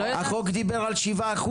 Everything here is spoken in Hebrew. החוק דיבר על 7%,